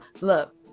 Look